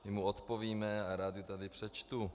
My mu odpovíme a rád ji tady přečtu.